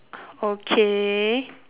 okay